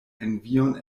envion